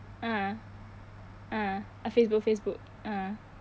ah ah uh facebook facebook ah